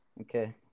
Okay